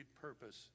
purpose